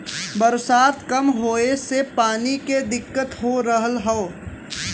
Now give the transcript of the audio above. बरसात कम होए से पानी के दिक्कत हो रहल हौ